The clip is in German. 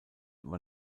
war